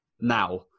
now